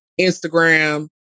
Instagram